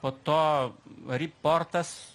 po to ryportas